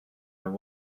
are